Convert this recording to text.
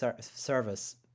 service